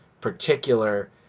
particular